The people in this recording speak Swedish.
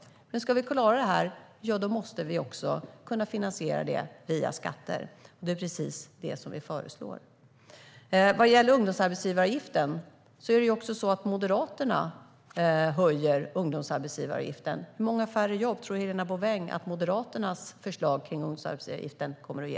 Om vi ska klara detta måste vi kunna finansiera det via skatter. Det är precis vad vi föreslår. Vad gäller ungdomsarbetsgivaravgiften höjer också Moderaterna den. Hur många färre jobb tror Helena Bouveng att Moderaternas förslag om ungdomsarbetsgivaravgiften kommer att ge?